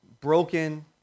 broken